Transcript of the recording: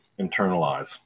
internalize